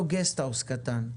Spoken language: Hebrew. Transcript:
אותו גסט-האוס קטן,